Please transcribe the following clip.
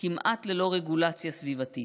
כמעט ללא רגולציה סביבתית.